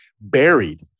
buried